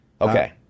Okay